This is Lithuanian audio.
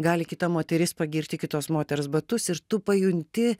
gali kita moteris pagirti kitos moters batus ir tu pajunti